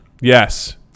Yes